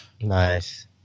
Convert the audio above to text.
Nice